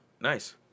Nice